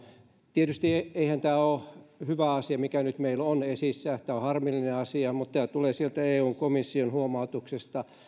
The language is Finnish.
tietysti eihän tämä ole hyvä asia mikä meillä nyt on esillä tämä on harmillinen asia mutta tämä tulee eun komission huomautuksesta